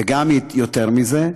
וגם יותר מזה,